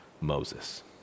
Moses